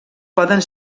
poden